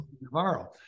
Navarro